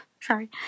sorry